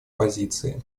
позиции